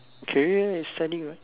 career is studying